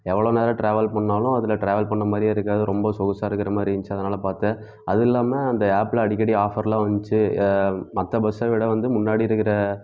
எவ்வளோ நேரம் டிராவல் பண்ணாலும் அதில் டிராவல் பண்ண மாதிரியே இருக்காது ரொம்ப சொகுசாக இருக்குற மாரி இருந்துச்சு அதனால் பார்த்தேன் அதுவும் இல்லாமல் அந்த ஆப்பில அடிக்கடி ஆஃபர்லாம் வந்துச்சி மற்ற பஸ்ஸை விட வந்து முன்னாடி இருக்கிற